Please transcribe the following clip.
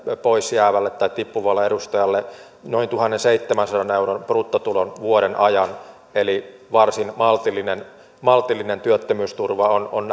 pois jäävälle tai tippuvalle edustajalle noin tuhannenseitsemänsadan euron bruttotulon vuoden ajan eli varsin maltillinen maltillinen työttömyysturva on on